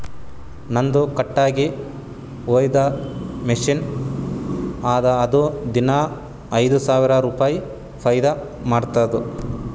ನಂದು ಕಟ್ಟಗಿ ಕೊಯ್ಯದ್ ಮಷಿನ್ ಅದಾ ಅದು ದಿನಾ ಐಯ್ದ ಸಾವಿರ ರುಪಾಯಿ ಫೈದಾ ಮಾಡ್ತುದ್